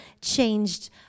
changed